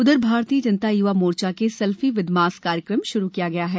उधरभारतीय जनता य्वा मोर्चा के selfie with mask कार्यक्रम शुरू किया है